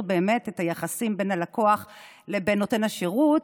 את היחסים בין הלקוח לבין נותן השירות,